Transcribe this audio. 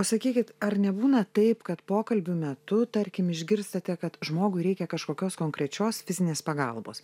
o sakykit ar nebūna taip kad pokalbių metu tarkim išgirstate kad žmogui reikia kažkokios konkrečios fizinės pagalbos